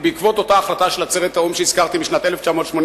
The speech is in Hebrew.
בעקבות אותה החלטה של צוות האו"ם שהזכרתי משנת 1985,